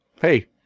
hey